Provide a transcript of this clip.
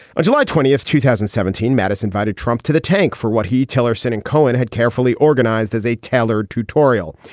on july twentieth, two thousand and seventeen, mattis invited trump to the tank for what he, tillerson and cohen had carefully organized as a tailored tutorial.